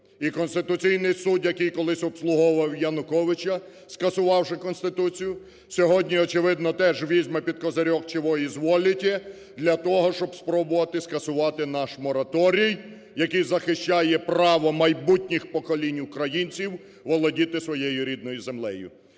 І Конституційний Суд, який колись обслуговував Януковича, скасувавши Конституцію, сьогодні, очевидно, теж візьме під козирьок "чего изволите?", для того щоб спробувати скасувати наш мораторій, який захищає право майбутніх поколінь українців володіти своєю рідною землею.